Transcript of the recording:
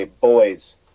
boys